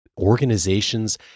organizations